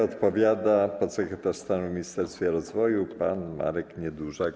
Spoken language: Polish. Odpowiada podsekretarz stanu w Ministerstwie Rozwoju pan Marek Niedużak.